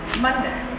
Monday